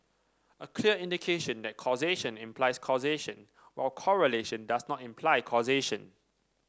a clear indication that causation implies causation while correlation does not imply causation